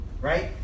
Right